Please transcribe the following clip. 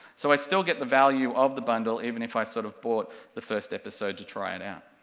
so i still get the value of the bundle even if i sort of bought the first episode to try it out.